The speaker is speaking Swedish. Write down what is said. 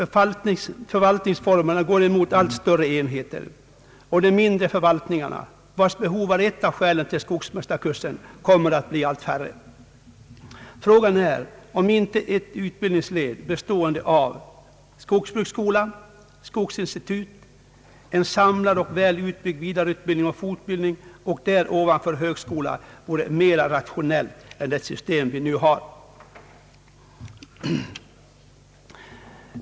Förvaltningsformerna går emot allt större enheter, och de mindre förvaltningarna vilkas behov var ett av skälen till skogsmästarkursen kommer att bli allt färre. Frågan är om inte ett utbildningsled bestående av skogsbruksskola, skogsinstitut, en samlad och väl utbyggd vidareutbildning och = fortbildning och där ovanför högskola vore mera rationellt än det system vi nu har.